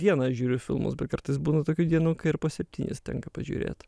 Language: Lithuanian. dieną žiūriu filmus bet kartais būna tokių dienų kai ir po septynis tenka pažiūrėt